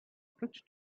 bridge